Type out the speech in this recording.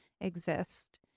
exist